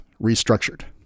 restructured